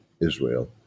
Israel